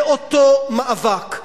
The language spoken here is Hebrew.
זה אותו מאבק.